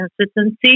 consistency